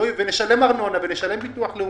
ישלם ארנונה וביטוח לאומי.